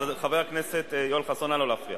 אז חבר הכנסת יואל חסון, נא לא להפריע.